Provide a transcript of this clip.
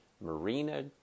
Marina